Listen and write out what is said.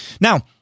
Now